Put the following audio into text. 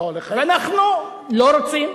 ואנחנו לא רוצים.